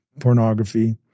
pornography